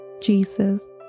Jesus